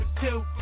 two